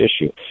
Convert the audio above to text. issue